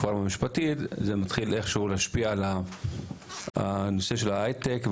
זה מתחיל איכשהו להשפיע על הנושא של ההייטק,